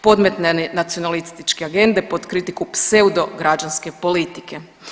Podmetne nacionalističke agende pod kritiku pseudo građanske politike.